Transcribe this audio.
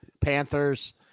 Panthers